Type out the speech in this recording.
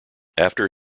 after